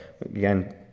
Again